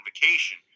vacation